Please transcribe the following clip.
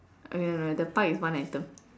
okay no no the pug is one item